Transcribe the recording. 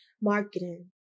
marketing